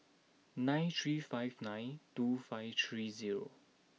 nine three five nine two five three zero